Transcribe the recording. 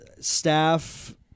staff –